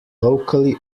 locally